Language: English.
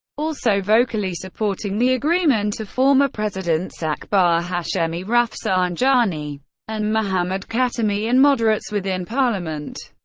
also vocally supporting the agreement are former presidents akbar hashemi rafsanjani and mohammad khatami and moderates within parliament.